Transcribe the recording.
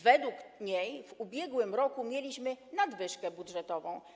Według niej w ubiegłym roku mieliśmy nadwyżkę budżetową.